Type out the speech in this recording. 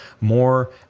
more